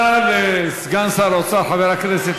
אולי זה שמדבר אתך, הוא חושב שלא מדברים אתם.